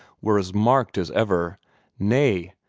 were as marked as ever nay,